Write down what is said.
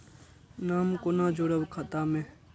नाम कोना जोरब खाता मे